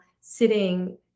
sitting